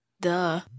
Duh